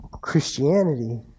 Christianity